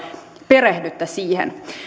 perehdytte siihen